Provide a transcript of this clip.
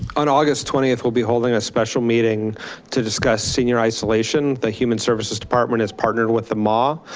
on august twentieth we'll be holding a special meeting to discus senior isolation. the human services department has partnered with the moah